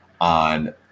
on